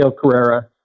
Carrera